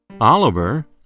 Oliver